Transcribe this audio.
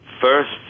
first